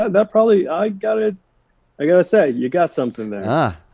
that probably, i gotta i gotta say, you got something there. ah